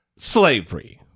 Slavery